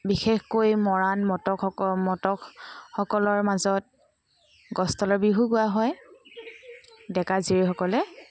বিশেষকৈ মৰাণ মটকসক মটকসকলৰ মাজত গছতলৰ বিহুও গোৱা হয় ডেকা জীয়ৰীসকলে